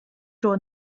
drawn